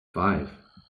five